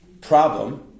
problem